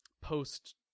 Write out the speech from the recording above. post